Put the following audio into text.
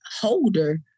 holder